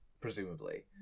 presumably